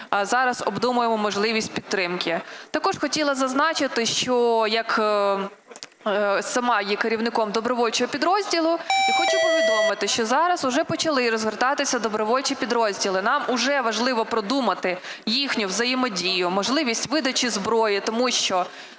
зараз обдумуємо можливість підтримки. Також хотіла зазначити, що як сама є керівником добровольчого підрозділу, я хочу повідомити, що зараз уже почали розгортатися добровольчі підрозділи, нам уже важливо продумати їхню взаємодію, можливість видачі зброї. Тому що